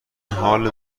حال